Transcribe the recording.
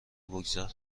بگذار